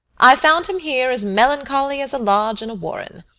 i found him here as melancholy as a lodge in a warren.